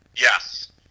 Yes